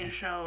show